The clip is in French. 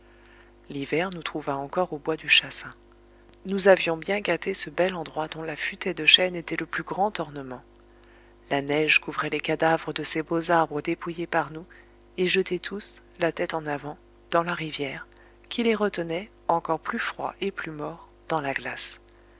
l'hiver nous trouva encore au bois du chassin nous avions bien gâté ce bel endroit dont la futaie de chênes était le plus grand ornement la neige couvrait les cadavres de ces beaux arbres dépouillés par nous et jetés tous la tête en avant dans la rivière qui les retenait encore plus froids et plus morts dans la glace